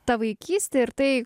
ta vaikystė ir tai